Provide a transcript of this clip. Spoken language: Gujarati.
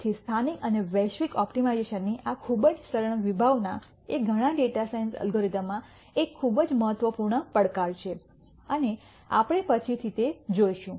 તેથી સ્થાનિક અને વૈશ્વિક ઓપ્ટિમાઇઝેશનની આ ખૂબ જ સરળ વિભાવના એ ઘણા ડેટા સાયન્સ અલ્ગોરિધમ્સમાં એક ખૂબ જ મહત્વપૂર્ણ પડકાર છે અને આપણે પછીથી તે જોશું